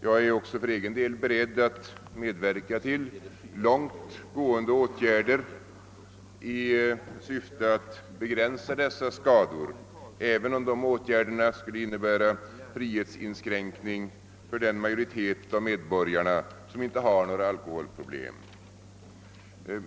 Jag är också för egen del beredd att medverka till långtgående åtgärder i syfte att begränsa dessa skador, även om dessa åtgärder skulle innebära en frihetsinskränkning för den majoritet av medborgarna som inte har några alkoholproblem.